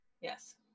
Yes